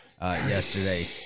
yesterday